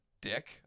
dick